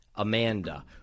Amanda